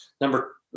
Number